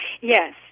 Yes